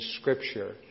Scripture